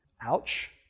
Ouch